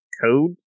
code